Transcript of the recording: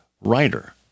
writer